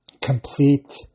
complete